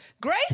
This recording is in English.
grace